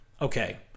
Okay